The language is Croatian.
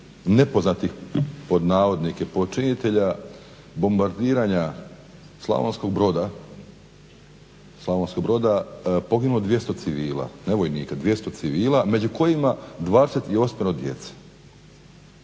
nepoznatih pod navodnike počinitelja, bombardiranja Slavonskog Broda poginulo 200 civila. Ne vojnika, 200 civila među kojima 28 djece.